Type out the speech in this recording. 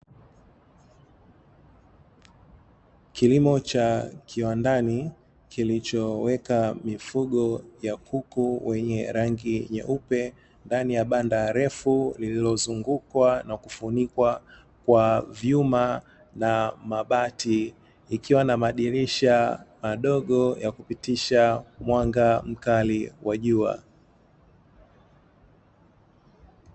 Kilimo cha kiwandani kilichoweka mifugo ya kuku wenye rangi nyeupe ndani ya banda refu, lililozungukwa na kufunikwa kwa vyuma na mabati, ikiwa na madirisha madogo ya kupitisha mwanga mkali wa jua.